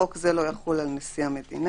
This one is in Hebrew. חוק זה לא יחול על נשיא המדינה.